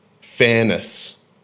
fairness